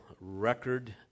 record